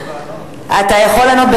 אתה יכול לענות,